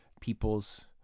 people's